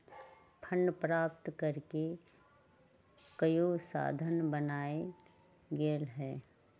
fund प्राप्त करेके कयगो साधन बनाएल गेल हइ